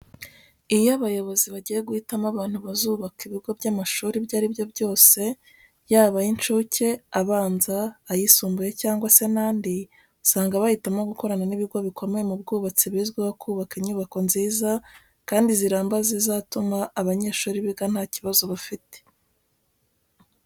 Iyo abayobozi bagiye guhitamo abantu bazubaka ibigo by'amashuri ibyo ari byo byose yaba ay'incuke, abanza, ayisumbuye cyangwa se n'andi, usanga bahitamo gukorana n'ibigo bikomeye mu bwubatsi bizwiho kubaka inyubako nziza kandi ziramba zizatuma abayeshuri biga nta kibazo bafite.